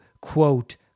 quote